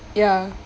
ya